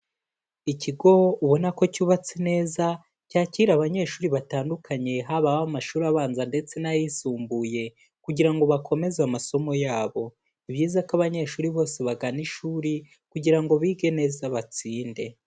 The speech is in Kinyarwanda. Ikigo ubona ko cyubatse neza, cyakira abanyeshuri batandukanye haba ab'amashuri abanza ndetse n'ayisumbuye kugira ngo bakomeze amasomo yabo ni byiza ko abanyeshuri bose bagana ishuri kugira ngo bige neza batsinde.